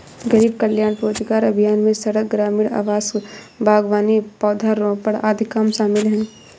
गरीब कल्याण रोजगार अभियान में सड़क, ग्रामीण आवास, बागवानी, पौधारोपण आदि काम शामिल है